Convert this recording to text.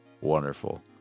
Wonderful